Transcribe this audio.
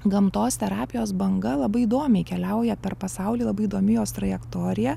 gamtos terapijos banga labai įdomiai keliauja per pasaulį labai įdomi jos trajektorija